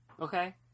Okay